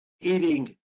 eating